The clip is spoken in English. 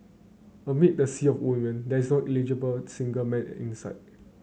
amid the sea of women there's no eligible single man in sight